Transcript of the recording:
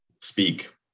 speak